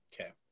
Okay